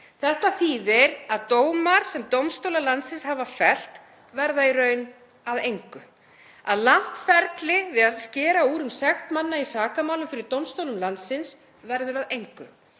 Þetta þýðir að dómar sem dómstólar landsins hafa fellt verða í raun að engu, að langt ferli við að skera úr um sekt manna í sakamálum fyrir dómstólum landsins verður að engu.